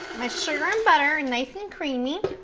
my sugar and butter are nice and creamy,